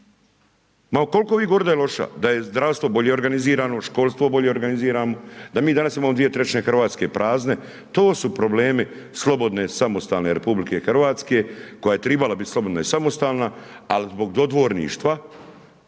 Ma koliko vi govorili da je loša, da je zdravstvo bolje organizirano, školsko bolje organiziran, da mi danas imamo 2/3 Hrvatske prazne, to su problemi slobodne samostalne RH, koja je trebala biti slobodna i samostalna, ali zbog dodvorništva,